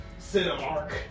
Cinemark